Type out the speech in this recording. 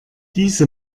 diese